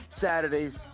Saturdays